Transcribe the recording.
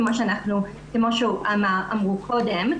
כמו שאמרו קודם,